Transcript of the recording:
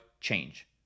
change